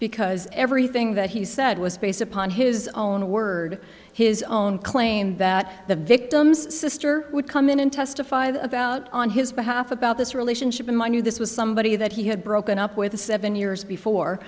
because everything that he said was based upon his own word his own claim that the victim's sister would come in and testify about on his behalf about this relationship in my new this was somebody that he had broken up with the seven years before